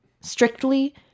strictly